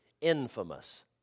infamous